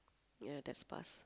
ya that's fast